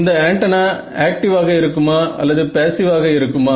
இந்த antenna active ஆக இருக்குமா அல்லது பேஸிவ் ஆக இருக்குமா